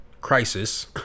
crisis